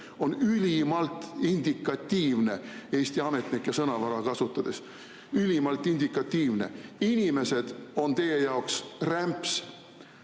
on ülimalt indikatiivne, Eesti ametnike sõnavara kasutades. Ülimalt indikatiivne! Inimesed on teie jaoks rämps,